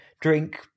drink